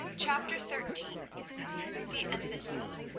chapter thirteen the embassy